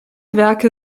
werke